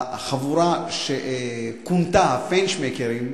החבורה שכונתה "פיינשמקרים",